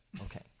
okay